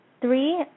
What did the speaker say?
Three